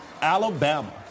Alabama